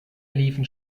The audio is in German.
liefen